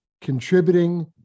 contributing